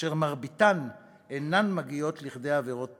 אשר מרביתן אינן מגיעות לכדי עבירות פליליות.